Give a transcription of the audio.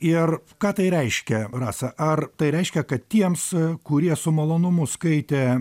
ir ką tai reiškia rasa ar tai reiškia kad tiems kurie su malonumu skaitė